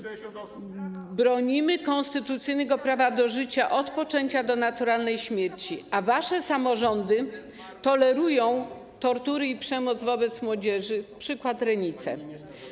Bronimy konstytucyjnego prawa do życia od poczęcia do naturalnej śmierci, a wasze samorządy tolerują tortury i przemoc wobec młodzieży - przykład: Renice.